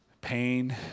pain